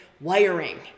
wiring